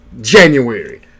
January